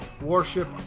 Warship